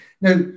Now